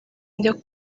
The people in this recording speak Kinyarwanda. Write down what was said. njya